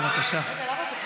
בבקשה.